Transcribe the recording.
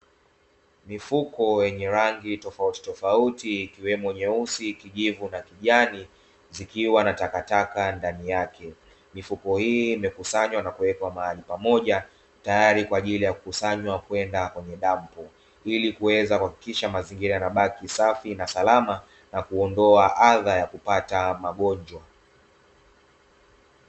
Mifuko yenye rangi tofautitofauti ikiwemo nyeusi, kijivu na kijani zikiwa na takataka ndani yake mifuko hii imekusanywa na kuwekwa mahali pamoja, tayari kwa ajili ya kukusanywa kwenda kwenye dampo, ili kuweza kuhakikisha mazingira yanabaki safi na salama na kuondoa adha ya kupata magonjwa.